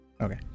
Okay